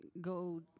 go